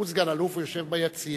הוא סגן-אלוף והוא יושב ביציע.